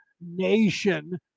nation